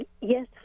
Yes